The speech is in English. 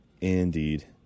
Indeed